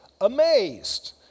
amazed